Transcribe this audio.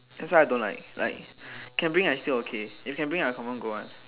that's why I don't like like can bring I still okay if can bring I confirm go [one]